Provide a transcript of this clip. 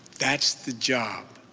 that's the job.